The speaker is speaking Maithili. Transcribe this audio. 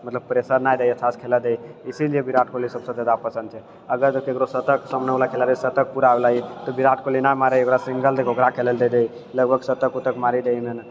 मतलब प्रेशर नहि दैयै अच्छासँ खेलाइ दैयै इसिलिय विराट कोहली सभसँ जादा पसन्द छै अगर ककरो शतक सामनेवला खेलाड़ीके शतक पूरा होइवला है तऽ विराट कोहली नहि मारैय ओकरा सिंगल लैके ओकरा खेलैले दे दैयै लगभग शतक वतक मारि दैयै